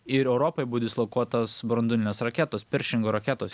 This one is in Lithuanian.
ir europoj buvo dislokuotos branduolinės raketos peršingo raketos